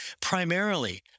primarily